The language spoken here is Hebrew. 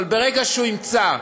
אבל ברגע שהוא ימצא,